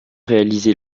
réalisé